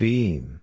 Beam